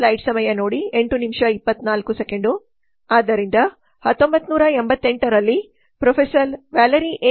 ಆದ್ದರಿಂದ 1988 ರಲ್ಲಿ professor Valerie A